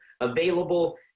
available